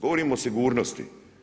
Govorim o sigurnosti.